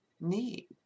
need